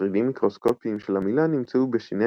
שרידים מיקרוסקופיים של עמילן נמצאו בשיני